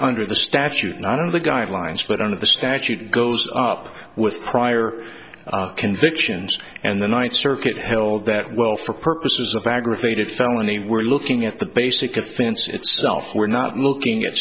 the statute not of the guidelines but under the statute goes up with prior convictions and the ninth circuit held that well for purposes of aggravated felony we're looking at the basic offense itself we're not looking at